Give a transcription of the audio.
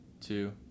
two